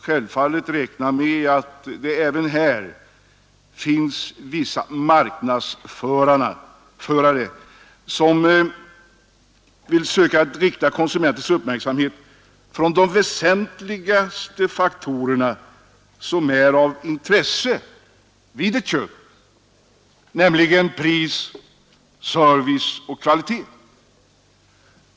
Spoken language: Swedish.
Självfallet kan man räkna med att det här liksom på andra varuområden finns vissa marknadsförare som vill försöka rikta konsumentens uppmärksamhet från de väsentligaste faktorerna vid ett köp, nämligen pris, service och kvalitet.